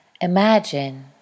imagine